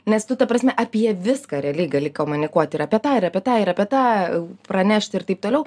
nes tu ta prasme apie viską realiai gali komunikuoti ir apie tą ir apie tą ir apie tą pranešti ir taip toliau